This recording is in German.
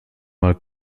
mal